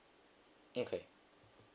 okay